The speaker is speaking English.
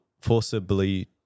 forcibly